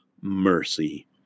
mercy